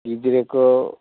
ᱜᱤᱫᱽᱨᱟᱹ ᱠᱚ